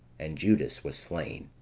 and judas was slain,